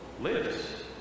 lives